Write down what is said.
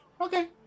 Okay